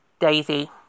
Daisy